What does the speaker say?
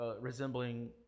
resembling